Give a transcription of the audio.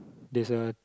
there's a